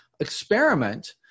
Experiment